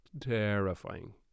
terrifying